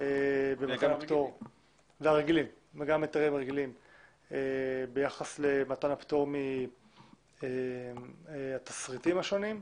וגם היתרים רגילים ביחס למתן הפטור מהתפריטים השונים.